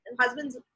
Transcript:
husband's